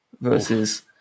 versus